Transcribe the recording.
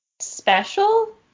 special